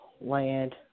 Land